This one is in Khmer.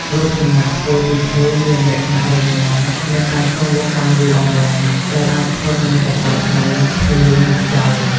រូបសំណាកធ្វើពីឈើមានលក្ខណៈរឹងមាំ និងអាចគង់វង្សបានយូរអង្វែង ដែលអាចធន់នឹងកម្ដៅថ្ងៃ ភ្លៀង និងខ្យល់។